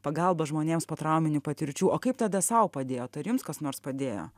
pagalba žmonėms po trauminių patirčių o kaip tada sau padėjot ar jums kas nors padėjo